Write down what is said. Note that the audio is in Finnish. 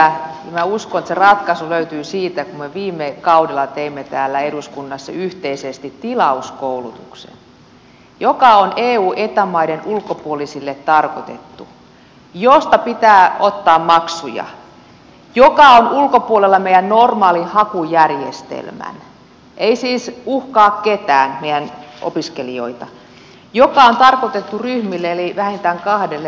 minä uskon että se ratkaisu löytyy siitä kun me viime kaudella teimme täällä eduskunnassa yhteisesti tilauskoulutuksen joka on eu ja eta maiden ulkopuolisille tarkoitettu ja josta pitää ottaa maksuja ja joka on ulkopuolella meidän normaalihakujärjestelmän ei siis uhkaa ketään meidän opiskelijoista ja joka on tarkoitettu ryhmille eli vähintään kahdelle ihmiselle